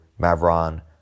Mavron